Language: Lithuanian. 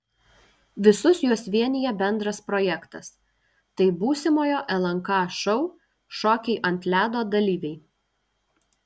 visus juos vienija bendras projektas tai būsimojo lnk šou šokiai ant ledo dalyviai